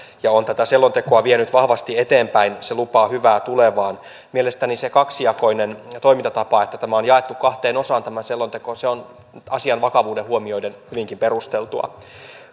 ja on tätä selontekoa vienyt vahvasti eteenpäin se lupaa hyvää tulevaan mielestäni se kaksijakoinen toimintatapa että tämä selonteko on jaettu kahteen osaan on asian vakavuus huomioiden hyvinkin perusteltua